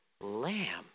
lamb